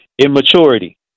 immaturity